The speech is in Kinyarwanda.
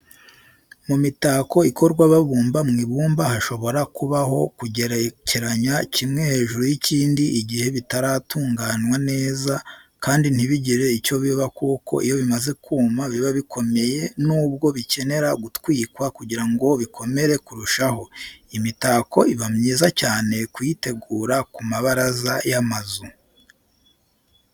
Mu mitako ikorwa babumba mu ibumba hashobora kubaho kugerekeranya kimwe hejuru y'ikindi igihe bitaratunganwa neza kandi ntibigire icyo biba kuko iyo bimaze kuma biba bikomeye nubwo bikenera gutwikwa kugirango bikomere kurushaho. Iyi mitako ibamyiza cyane kuyitegura ku mabaraza y'amazu.